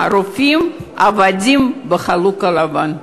הרופאים, עבדים בחלוק לבן.